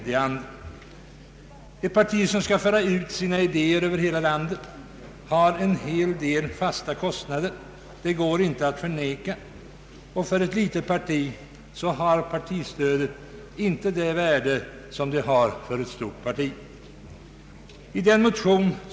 Varje parti som skall föra ut sina idéer över hela landet har en del fasta kostnader, det går inte att förneka, och därför får partistödet inte samma värde för ett litet parti som för ett stort.